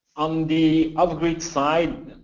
on the off-grid side,